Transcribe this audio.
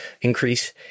increase